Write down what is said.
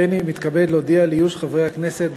הריני מתכבד להודיע על איוש המקומות